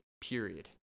period